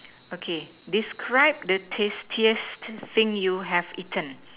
okay describe the tastiest thing you have eaten